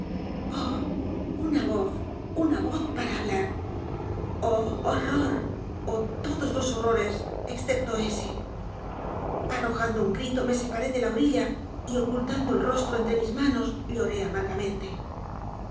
h h o r r o r o h todos los horrores excepto ese arrojando un grito me separé de la orilla y ocultando el rostroentre mis manos lloré amargamente